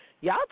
y'all